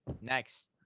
Next